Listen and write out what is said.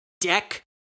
Deck